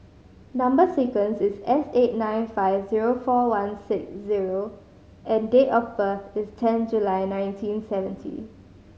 number sequence is S eight nine five zero four one six zero and date of birth is ten July nineteen seventy